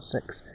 six